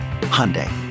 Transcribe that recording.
Hyundai